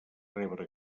rebre